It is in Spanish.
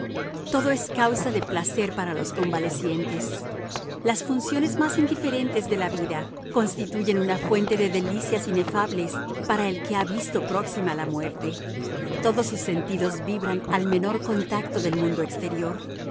todo es causa de placer para los convalecientes las funciones más indiferentes de la vida constituyen una fuente de delicias inefables para el que ha visto próxima la muerte todos sus sentidos vibran al menor contacto del mundo exterior